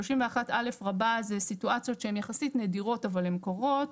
31א זה סיטואציות שהן יחסית נדירות אבל הן קורות,